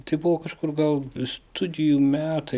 tai buvo kažkur gal studijų metai